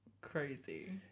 crazy